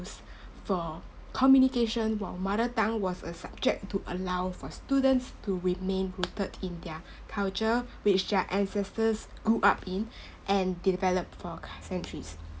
~se for communication while mother tongue was a subject to allow for students to remain rooted in their culture which their ancestors grew up in and developed for centuries